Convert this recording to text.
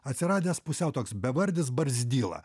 atsiradęs pusiau toks bevardis barzdyla